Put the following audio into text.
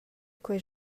quei